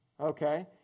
Okay